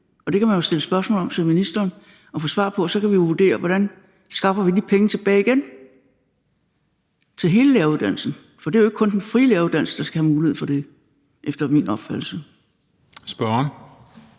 det kan man jo stille spørgsmål om til ministeren og få svar på, og så kan vi jo vurdere, hvordan vi skaffer de penge tilbage igen til hele læreruddannelsen. For det er jo ikke kun den frie læreruddannelse, der skal have mulighed for det, efter min opfattelse. Kl.